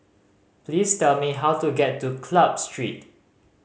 please tell me how to get to Club Street